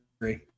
agree